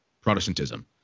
Protestantism